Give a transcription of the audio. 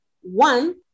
One